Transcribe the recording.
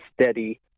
steady